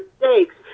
mistakes